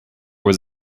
was